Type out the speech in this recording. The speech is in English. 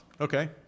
Okay